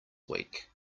week